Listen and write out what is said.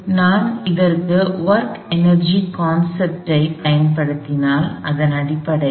எனவே இப்போது நான் இதற்கு ஒர்க் எனர்ஜி கான்செப்ட் ஐ பயன்படுத்தினால் அடிப்படையில்